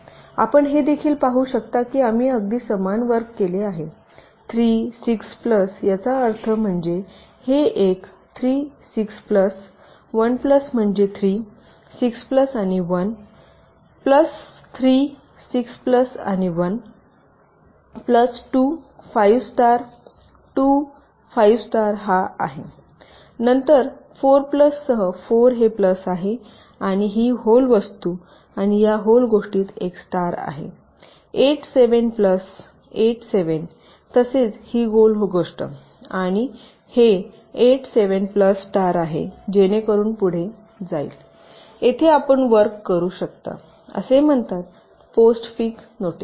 तर आपण हे देखील पाहू शकता की आम्ही अगदी समान वर्क केले आहे 3 6 प्लस याचा अर्थ म्हणजे हे एक 3 6 प्लस 1 प्लस म्हणजे 3 6 प्लस आणि 1 प्लस 3 6 प्लस आणि 1 प्लस 2 5 स्टार 2 5 स्टार हा आहे नंतर 4 प्लस सह 4 हे प्लस आहे आणि ही होल वस्तू आणि या होल गोष्टीत एक स्टार आहे 8 7 प्लस 8 7 तसेच ही होल गोष्ट आणि हे 8 7 प्लस स्टार आहे जेणेकरून पुढे जाईल येथे आपण वर्क करू शकता असे म्हणतात पोस्टफिक्स नोटेशन